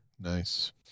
Nice